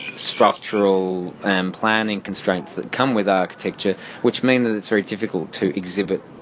structural and planning constraints that come with architecture which mean that it's very difficult to exhibit,